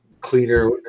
cleaner